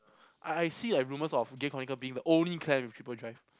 I I see like rumors of Gear Chronicle being the only clan with triple drive